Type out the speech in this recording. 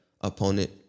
opponent